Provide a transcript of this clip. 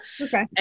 okay